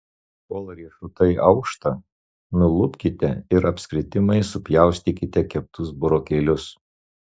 kol riešutai aušta nulupkite ir apskritimais supjaustykite keptus burokėlius